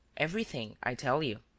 everything, i tell you.